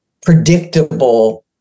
predictable